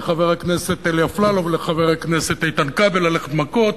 לחבר הכנסת אלי אפללו ולחבר הכנסת איתן כבל ללכת מכות.